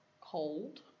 cold